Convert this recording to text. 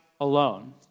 alone